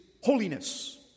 holiness